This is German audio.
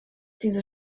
diese